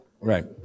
Right